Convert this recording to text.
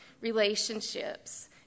relationships